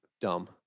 Dumb